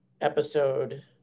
episode